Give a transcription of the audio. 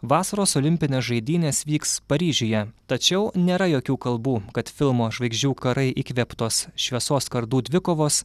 vasaros olimpinės žaidynės vyks paryžiuje tačiau nėra jokių kalbų kad filmo žvaigždžių karai įkvėptos šviesos kardų dvikovos